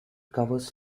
covers